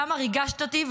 כמה ריגשת אותי,